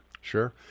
Sure